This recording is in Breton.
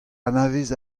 anavez